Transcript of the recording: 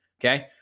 Okay